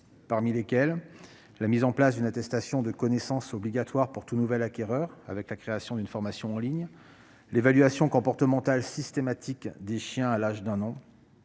notamment la mise en place d'une attestation de connaissance obligatoire pour tout nouvel acquéreur, avec la création d'une formation en ligne, l'évaluation comportementale systématique des chiens à l'âge d'un an,